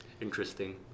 interesting